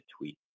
tweet